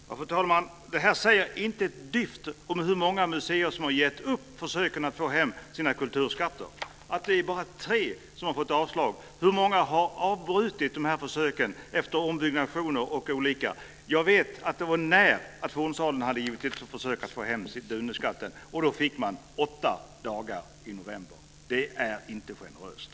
Fru talman! Att det bara är tre som har fått avslag säger inte ett dyft om hur många museer som har gett upp försöken att få hem sina kulturskatter. Hur många har avbrutit försöken efter ombyggnationer och annat? Jag vet att det var nära att Fornsalen hade gett upp sitt försök att få hem Duneskatten. Det fick åtta dagar i november. Det är inte generöst.